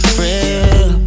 real